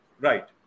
Right